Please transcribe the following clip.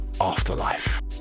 Afterlife